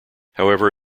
however